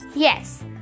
Yes